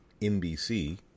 NBC